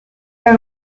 her